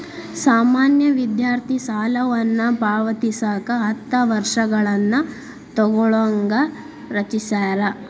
ಸಾಮಾನ್ಯ ವಿದ್ಯಾರ್ಥಿ ಸಾಲವನ್ನ ಪಾವತಿಸಕ ಹತ್ತ ವರ್ಷಗಳನ್ನ ತೊಗೋಣಂಗ ರಚಿಸ್ಯಾರ